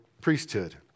priesthood